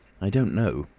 i don't know.